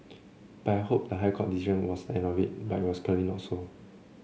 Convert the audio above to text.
I had hoped the High Court decision was the end of it but that's clearly not so